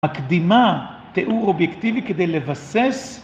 הקדימה, תיאור אובייקטיבי כדי לבסס.